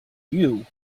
you